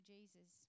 Jesus